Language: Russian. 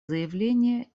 заявление